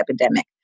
epidemic